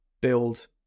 build